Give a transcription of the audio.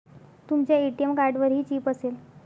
तुमच्या ए.टी.एम कार्डवरही चिप असेल